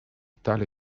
tale